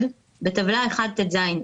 בטבלה 1ט"ז,